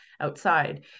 outside